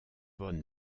von